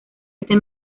este